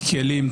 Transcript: כלים,